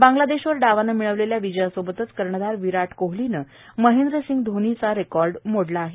बांगलादेशवर डावाने मिळवलेल्या विजयासोबतच कर्णधार विराट कोहलीने महेंद्रसिंह धोनीचा विक्रम मोडला आहे